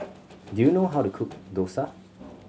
do you know how to cook dosa